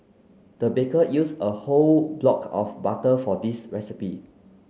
the baker used a whole block of butter for this recipe